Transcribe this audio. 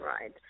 right